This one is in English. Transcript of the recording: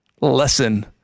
lesson